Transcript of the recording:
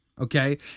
Okay